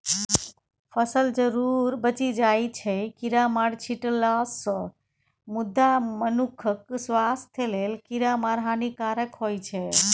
फसल जरुर बचि जाइ छै कीरामार छीटलासँ मुदा मनुखक स्वास्थ्य लेल कीरामार हानिकारक होइ छै